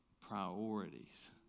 priorities